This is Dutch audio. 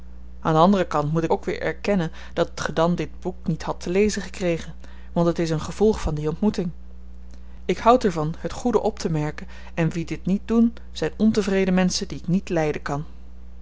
aan den anderen kant moet ik ook weer erkennen dat ge dan dit boek niet hadt te lezen gekregen want het is een gevolg van die ontmoeting ik houd er van het goede optemerken en wie dit niet doen zyn ontevreden menschen die ik niet lyden kan